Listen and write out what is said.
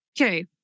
Okay